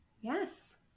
Yes